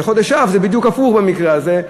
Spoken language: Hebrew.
וחודש אב זה בדיוק הפוך במקרה הזה.